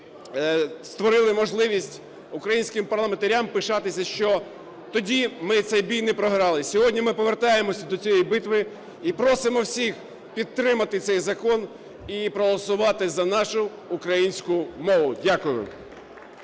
створили можливість українським парламентарям пишатися, що тоді ми цей бій не програли. Сьогодні ми повертаємося до цієї битви і просимо всіх підтримати цей закон і проголосувати за нашу українську мову. Дякую.